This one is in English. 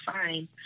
fine